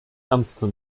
ernster